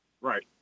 Right